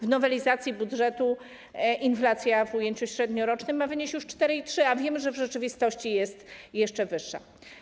W nowelizacji budżetu inflacja w ujęciu średniorocznym ma wynieść już 4,3%, a wiemy, że w rzeczywistości jest jeszcze wyższa.